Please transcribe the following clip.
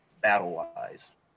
Battle-wise